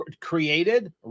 created